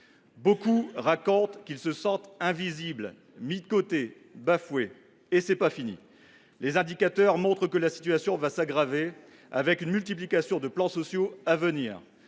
Beaucoup racontent qu’ils se sentent invisibles, mis de côté, bafoués. Et ce n’est pas fini ! Les indicateurs montrent que la situation va s’aggraver, une multiplication des plans sociaux étant